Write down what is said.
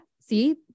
See